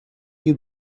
you